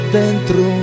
dentro